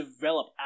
develop